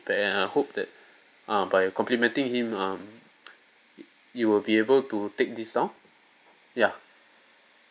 and I hope that uh by complimenting him um you will be able to take this down ya